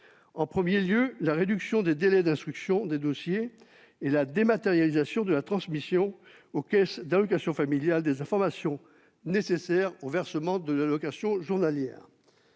: d'abord, la réduction des délais d'instruction des dossiers et la dématérialisation de la transmission aux caisses d'allocations familiales des informations nécessaires au versement de l'allocation journalière